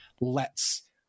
lets